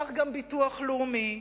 וכך גם ביטוח לאומי,